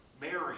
Mary